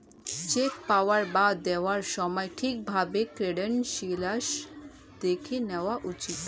check পাওয়া বা দেওয়ার সময় ঠিক ভাবে ক্রেডেনশিয়াল্স দেখে নেওয়া উচিত